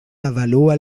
avalua